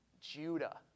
Judah